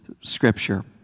scripture